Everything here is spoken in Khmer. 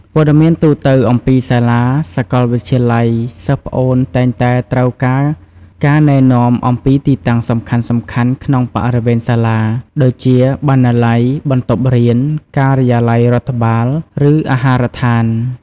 ព័ត៌មានទូទៅអំពីសាលា សាកលវិទ្យាល័យសិស្សប្អូនតែងតែត្រូវការការណែនាំអំពីទីតាំងសំខាន់ៗក្នុងបរិវេណសាលា ដូចជា បណ្ណាល័យ បន្ទប់រៀន ការិយាល័យរដ្ឋបាល ឬអាហារដ្ឋាន។